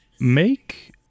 Make